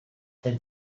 then